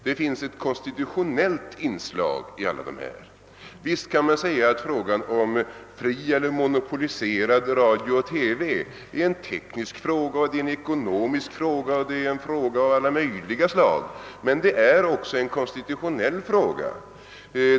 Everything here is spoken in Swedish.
Det finns ett konstitutionellt inslag i detta. Visst kan man säga att fri eller monopoliserad radio och TV är både en teknisk och en ekonomisk fråga, men det är också en konstitutionell fråga.